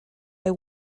they